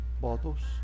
bottles